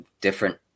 different